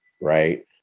Right